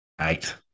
Eight